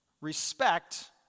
respect